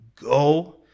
Go